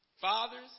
Fathers